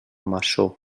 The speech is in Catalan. maçó